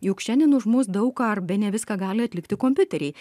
juk šiandien už mus daug ką ar bene viską gali atlikti kompiuteriai